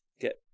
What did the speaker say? get